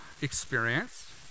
experience